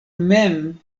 mem